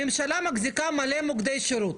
הממשלה מחזיקה הרבה מוקדי שירות,